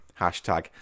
hashtag